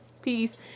peace